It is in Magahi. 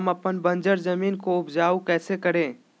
हम अपन बंजर जमीन को उपजाउ कैसे करे?